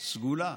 סגולה.